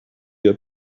had